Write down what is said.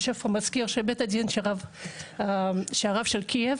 יושב פה מזכיר של בית הדין של הרב של קייב,